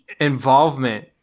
involvement